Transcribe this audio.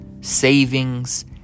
savings